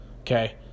Okay